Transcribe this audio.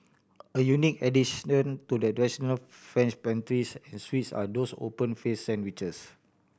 a unique addition to the French pastries and sweets are those open faced sandwiches